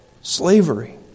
slavery